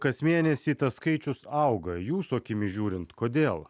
kas mėnesį tas skaičius auga jūsų akimis žiūrint kodėl